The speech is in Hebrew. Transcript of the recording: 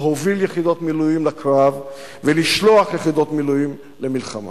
להוביל יחידות מילואים לקרב ולשלוח יחידות מילואים למלחמה.